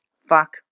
fuck